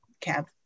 cab